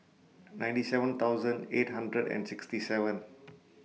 ninety seven thousand eight hundred and sixty seven